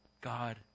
God